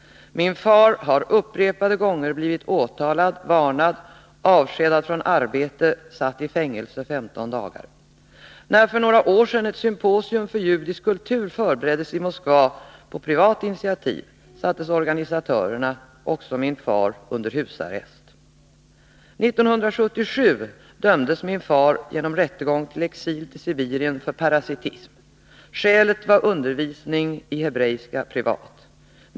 Min far har upprepade gånger blivit åtalad, varnad, avskedad från arbete, satt i fängelse 15 dagar. När för några år sedan ett symposium för judisk kultur förbereddes i Moskva på privat initiativ, sattes organisatörerna, också min far under husarrest. 1977 dömdes min far genom rättegång till exil i Sibirien för parasitism. Skälet var undervisning i hebreiska privat.